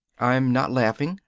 i'm not laughing,